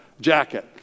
jacket